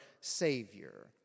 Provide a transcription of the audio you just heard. Savior